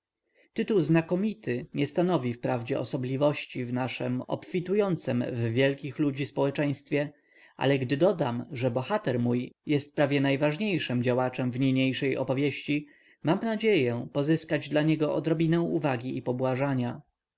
tytuł znakomity nie stanowi wprawdzie osobliwości w naszem obfitującem w wielkich ludzi społeczeństwie ale gdy dodam że bohater mój jest prawie najważniejszym działaczem w niniejszej opowieści mam nadzieję pozyskać dla niego odrobinę uwagi i